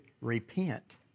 repent